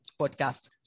podcast